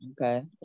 okay